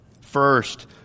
First